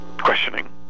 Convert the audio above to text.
questioning